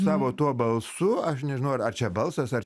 savo tuo balsu aš nežinau ar ar čia balsas ar